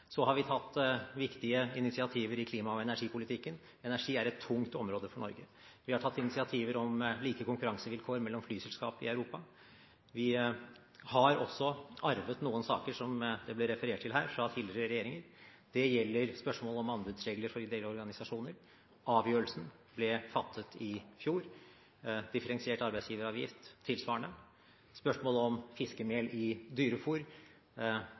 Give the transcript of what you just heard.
Så har vi tatt viktige initiativer i klima- og energipolitikken. Energi er et tungt område for Norge. Vi har tatt initiativer om like konkurransevilkår mellom flyselskaper i Europa. Vi har også arvet noen saker, som det ble referert til her, fra tidligere regjeringer. Det gjelder spørsmålet om anbudsregler for ideelle organisasjoner – avgjørelsen ble fattet i fjor. Og tilsvarende for differensiert arbeidsgiveravgift. Når det gjelder spørsmålet om fiskemel i